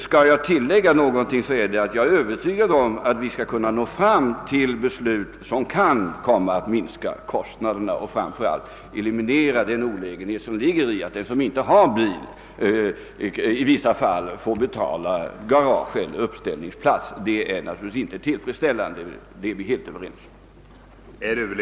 Skall jag tillägga någonting, är det att jag är övertygad om att vi skall kunna nå fram till beslut som kan komma att minska kostnaderna och framför allt eliminera den olägenhet som ligger i att de som inte har bil ändå i vissa fall måste betala hyra för garage eller uppställningsplats för bil. Detta är naturligtvis en otillfredsställände ordning, det är vi helt överens om.